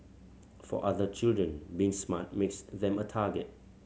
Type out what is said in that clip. for other children being smart makes them a target